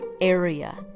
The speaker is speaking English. area